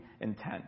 intent